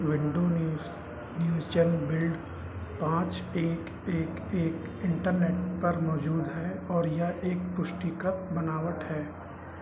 window news न्यूस्टन build पाँच एक एक एक इन्टरनेट पर मौजूद है और यह एक पुष्टीकृत बनावट है